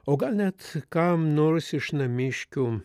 o gal net kam nors iš namiškių